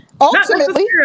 Ultimately